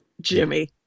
Jimmy